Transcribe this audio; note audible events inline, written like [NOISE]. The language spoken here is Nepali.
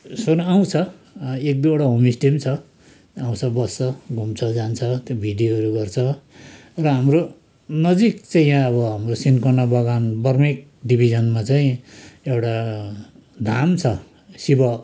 [UNINTELLIGIBLE] आउँछ एक दुईवटा होमस्टे पनि छ आउँछ बस्छ घुम्छ जान्छ त्यो भिडियोहरू गर्छ र हाम्रो नजिक चाहिँ यहाँ अब हाम्रो सिन्कोना बगान बर्मेक डिभिजनमा चाहिँ एउटा धाम छ शिव